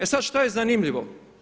E sad, šta je zanimljivo?